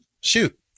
shoot